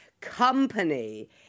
company